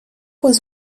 was